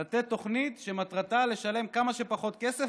לתת תוכנית שמטרתה לשלם כמה שפחות כסף,